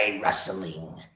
wrestling